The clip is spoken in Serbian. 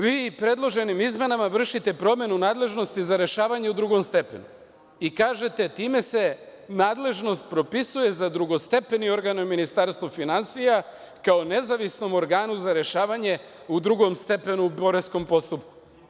Vi predloženim izmenama vršite promenu nadležnosti za rešavanje u drugom stepenu i kažete – time se nadležnost propisuje za drugostepeni organ u Ministarstvu finansija kao nezavisnom organu za rešavanje u drugom stepenu u poreskom postupku.